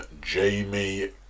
Jamie